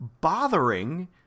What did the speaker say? bothering